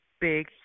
big